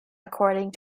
according